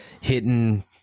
hitting